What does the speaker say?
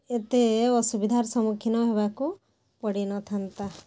ଏତେ ଅସୁବିଧାର ସମ୍ମୁଖୀନ ହେବାକୁ ପଡ଼ିନଥାନ୍ତା